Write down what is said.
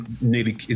nearly